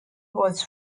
was